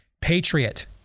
patriot